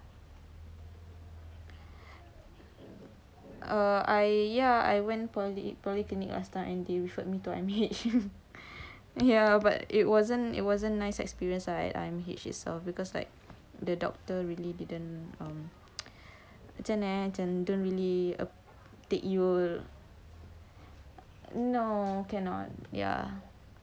err I ya I went poly polyclinic last time and they referred me to I_M_H ya but it wasn't it wasn't nice experience at I_M_H itself because like the doctor really didn't macam mana eh don't really ah take you no cannot ya